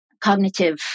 cognitive